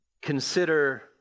consider